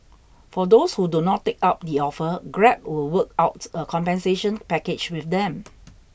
for those who do not take up the offer grab will work out a compensation package with them